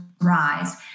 rise